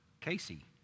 Casey